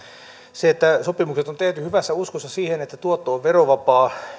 se että sopimukset on tehty hyvässä uskossa siihen että tuotto on verovapaa